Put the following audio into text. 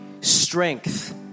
strength